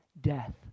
death